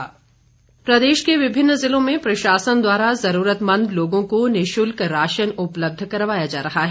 curfew ढील प्रदेश के विभिन्न ज़िलों में प्रशासन द्वारा ज़रूरतमंद लोगों को निशुल्क राशन उपलब्ध करवाया जा रहा है